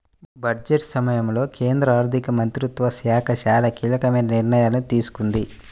budget సమయంలో కేంద్ర ఆర్థిక మంత్రిత్వ శాఖ చాలా కీలకమైన నిర్ణయాలు తీసుకుంది